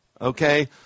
okay